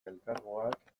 elkargoak